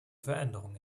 veränderung